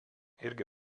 irgi